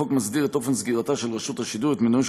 החוק מסדיר את אופן סגירתה של רשות השידור ואת מינויו